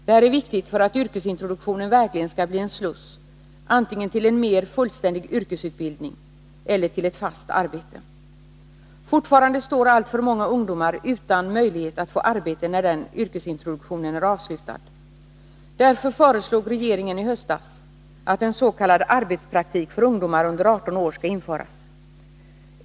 Det här är viktigt för att yrkesintroduktionen verkligen skall bli en sluss antingen till en mera fullständig yrkesutbildning eller till ett fast arbete. Fortfarande står alltför många ungdomar utan möjlighet att få arbete när den yrkesintroduktionen är avslutad. Därför föreslog regeringen i höstas att ens.k. arbetspraktik för ungdomar under 18 år skall införas.